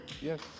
Yes